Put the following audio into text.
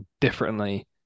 differently